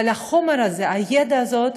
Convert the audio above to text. אבל החומר הזה, הידע הזה,